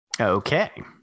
okay